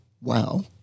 wow